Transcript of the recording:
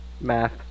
Math